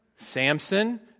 Samson